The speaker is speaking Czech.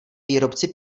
výrobci